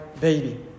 baby